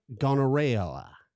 gonorrhea